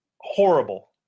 horrible